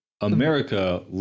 America